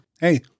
hey